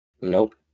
Nope